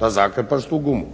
da zakrpaš tu gumu.